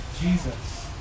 Jesus